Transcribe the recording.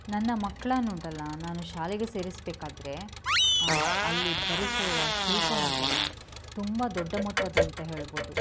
ನನ್ನ ಮಕ್ಕಳನ್ನುಂಟಲ್ಲ ನಾನು ಶಾಲೆಗೆ ಸೇರಿಸಬೇಕಾದ್ರೆ ಅಲ್ಲಿ ಭರಿಸುವ ಶುಲ್ಕ ಉಂಟಲ್ಲ ತುಂಬ ದೊಡ್ಡ ಮೊತ್ತದ್ದು ಅಂತ ಹೇಳ್ಬೋದು